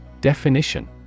Definition